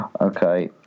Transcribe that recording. Okay